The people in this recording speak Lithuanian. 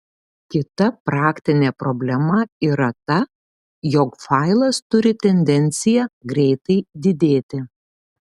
kita praktinė problema yra ta jog failas turi tendenciją greitai didėti